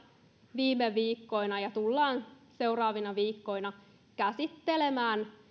viime viikkoina käsitelleet ja tulemme seuraavina viikkoina käsittelemään